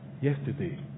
yesterday